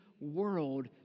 world